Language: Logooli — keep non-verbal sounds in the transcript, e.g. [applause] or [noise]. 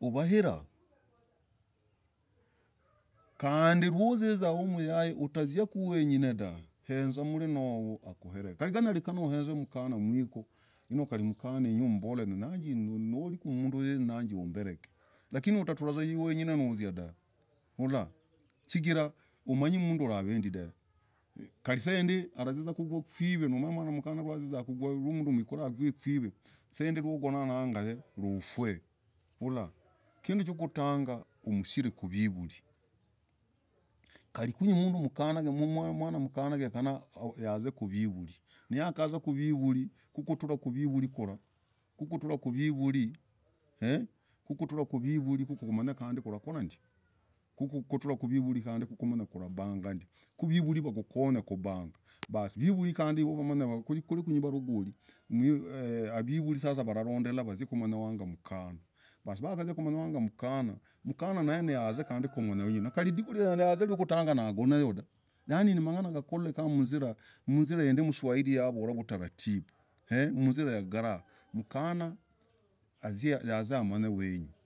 uvairah m [hesitation] kandii nauzizah mmoyai unkaziku weng'in [hesitation] dahv [hesitation] hezaa mlina hohoo akushil [hesitation] kali gayenyekana uiz [hesitation] mkanah mwikoo noo kali mkanah hinyuu umbol [hesitation] nyenyajii [hesitation] mnduu univerek [hesitation] lakini ukatrahvuzaa heng'oo hiichuu nakuzia dahv [hesitation] huluuulah chigirah umanyii mnduu hulah avendii dahv [hesitation] kali saa indaii alazizah kugugwah kuiv [hesitation] ku mkanah mah naizai kunduule nazaa kugwah kwiv [hesitation] saidii uvanag [hesitation] ufue [hesitation] hulah kinduu chakutagah ushire kuvivulii kali mnyii mnduu mkanah mwana mkanah gekanah yaz [hesitation] kuvivulii nikazakuvivuli no kutrah kuvivulii kulah kukutrah kukutrah eee [hesitation] kukutrah kuvivulii kumany [hesitation] kurakorah ndii kutrah kuvivulii kandi kumany [hesitation] kulabagah ndii kuvivulii wakukonye kubagah basi vivurii kandi wamanyah kwiri varagoli mwii ee [hesitation] hivulii sasa walalondelah waziii kumanyah wagah mkanah basii nakaziaa kumanyah wagah mkanah mkanah nay [hesitation] niiaz [hesitation] kumanyah hinyuu kali lidikuu kaliaz [hesitation] yakutangah nagonayoo dah yani nimang'ana yakhorekah mziza mziza hindi mswahili navorah utaratibuu ee [hesitation] mzirah garahaaaa mkanah az [hesitation] amenye wenuu.